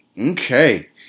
Okay